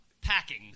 packing